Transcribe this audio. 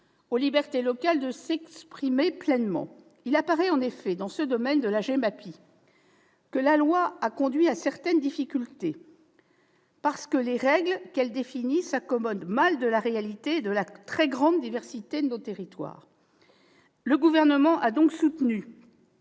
aux libertés locales de s'exprimer pleinement. Il apparaît en effet, dans le domaine de la GEMAPI, que la loi a conduit à certaines difficultés, parce que les règles qu'elle définit s'accommodent mal de la réalité et de la très grande diversité de nos territoires. Le Gouvernement a donc soutenu